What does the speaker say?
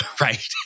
right